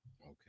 okay